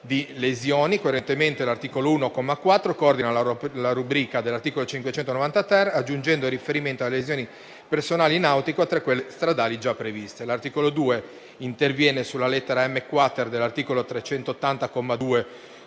di lesioni. Coerentemente l'articolo 1, comma 4, coordina la rubrica dell'articolo 590-*ter*, aggiungendo il riferimento alle lesioni personali nautiche, oltre a quelle stradali già previste. L'articolo 2 interviene sulla lettera m*-quater)* dell'articolo 380,